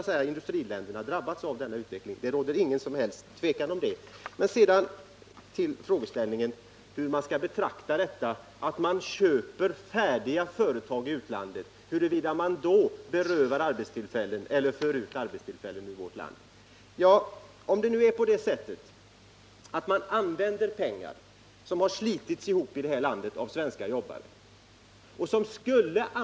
Att industriländerna har drabbats av denna utveckling råder det inget som helst tvivel om. Sedan till frågeställningen hur man skall se på köp av färdiga företag i utlandet. Ja, om man använder pengar, som har slitits ihop av svenska jobbare och som skulle ha använts till att här förnya fabriker eller bygga nya fabriker och skaffa fram nya produkter, till att köpa fabriker i andra länder — har man då berövat vårt land arbetstillfällen eller inte? För mig är det solklart: Man har då berövat vårt land arbetstillfällen. Det kanske vi kunde bli överens om. Jag tycker det är en viktig fråga.